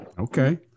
okay